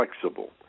flexible